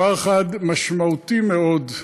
דבר אחד משמעותי מאוד,